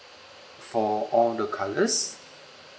for all the colours